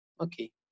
Okay